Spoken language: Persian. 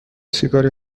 سیگاری